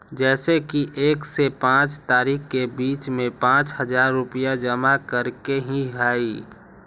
जैसे कि एक से पाँच तारीक के बीज में पाँच हजार रुपया जमा करेके ही हैई?